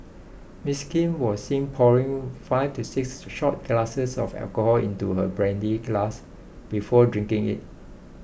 Ms Kim was seen pouring five to six shot glasses of alcohol into her brandy glass before drinking it